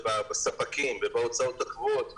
בספקים ובהוצאות הקבועות,